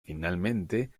finalmente